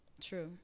True